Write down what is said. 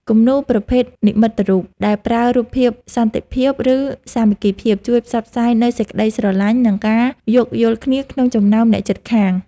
គំនូរប្រភេទ និមិត្តរូប ដែលប្រើរូបភាពសន្តិភាព ឬសាមគ្គីភាព ជួយផ្សព្វផ្សាយនូវសេចក្ដីស្រឡាញ់ និងការយោគយល់គ្នាក្នុងចំណោមអ្នកជិតខាង។